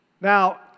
now